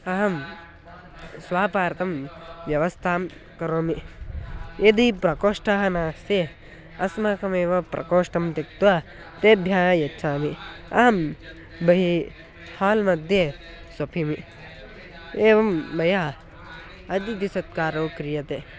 अहं स्वपनार्थं व्यवस्थां करोमि यदि प्रकोष्ठः नास्ति अस्माकमेव प्रकोष्ठं त्यक्त्वा तेभ्यः यच्छामि अहं बहिः हाल् मध्ये स्वपिमि एवं मया अतिथिसत्कारः क्रियते